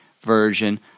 version